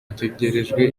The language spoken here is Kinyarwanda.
ategerejwe